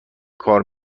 کار